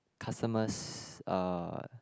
customers uh